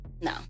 No